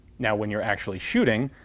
now when you're actually shooting,